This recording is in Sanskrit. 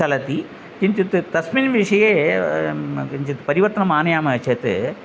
चलति किञ्चित् तस्मिन् विषये किञ्चित् परिवर्तनम् आनयामः चेत्